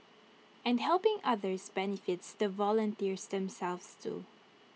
and helping others benefits the volunteers themselves too